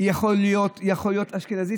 יכול להיות אשכנזי,